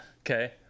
Okay